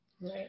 Right